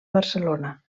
barcelona